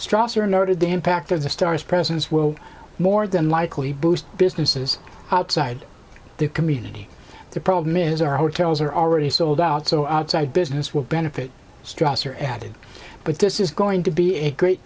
strasser noted the impact of the star's presence will more than likely boost businesses outside the community the problem is our hotels are already sold out so outside business will benefit strasser added but this is going to be a great